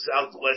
southwest